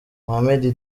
mohamed